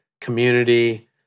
community